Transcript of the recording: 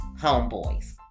homeboys